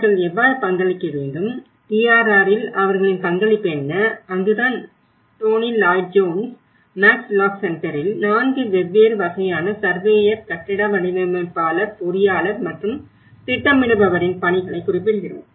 அவர்கள் எவ்வாறு பங்களிக்க வேண்டும் DRRஇல் அவர்களின் பங்களிப்பு என்ன அங்குதான் Tony Lloyd Jones Max Lock சென்டர்களில் 4 வெவ்வேறு வகையான சர்வேயர் கட்டட வடிவமைப்பாளர் பொறியாளர் மற்றும் திட்டமிடுபவரின் பணிகளைக் குறிப்பிடுகிறோம்